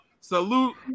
Salute